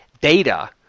Data